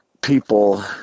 people